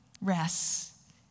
rests